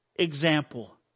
example